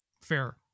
fair